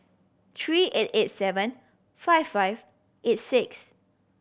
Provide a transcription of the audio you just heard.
three eight eight seven five five eight six